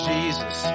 Jesus